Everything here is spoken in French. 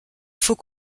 faut